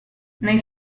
nei